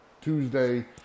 Tuesday